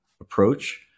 approach